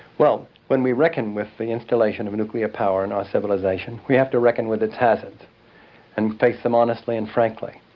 well, when we reckon with the installation of nuclear power in our civilisation, we to reckon with its hazards and face them honestly and frankly.